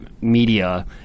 media